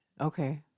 Okay